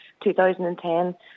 2010